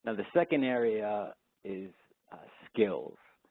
ah the second area is skills.